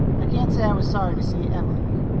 i can't say i was sorry to see emily.